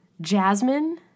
jasmine